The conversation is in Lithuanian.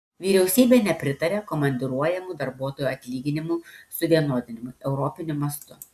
vyriausybė nepritaria komandiruojamų darbuotojų atlyginimų suvienodinimui europiniu mastu